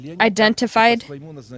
identified